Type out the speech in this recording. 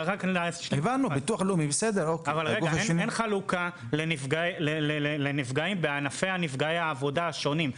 רק להשלים: אין חלוקה לנפגעים בענפי נפגעי העבודה השונים.